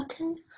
okay